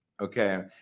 Okay